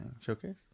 Showcase